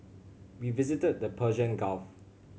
we visited the Persian Gulf